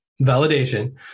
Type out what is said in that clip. validation